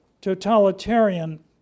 totalitarian